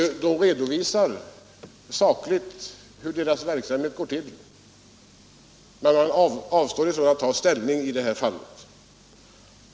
Inspektionen redovisar sakligt hur dess verksamhet bedrivs, men avstår från att ta ställning i det här fallet.